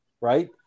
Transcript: right